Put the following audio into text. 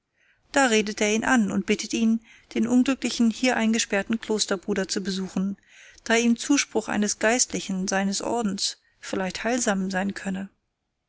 den redet er an und bittet ihn den unglücklichen hier eingesperrten klosterbruder zu besuchen da ihm zuspruch eines geistlichen seines ordens vielleicht heilsam sein könne